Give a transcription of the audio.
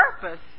purpose